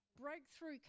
Breakthrough